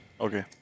Okay